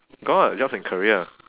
got jobs and career